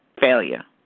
failure